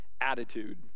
attitude